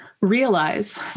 Realize